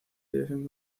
dirección